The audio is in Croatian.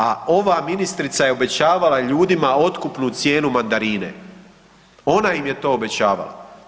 A ova ministrica je obećavala ljudima otkupnu cijenu mandarine, ona im je to obećavala.